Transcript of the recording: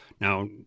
Now